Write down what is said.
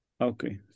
Okay